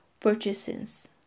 purchases